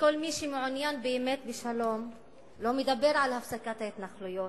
וכל מי שמעוניין באמת בשלום לא מדבר על הפסקת ההתנחלויות,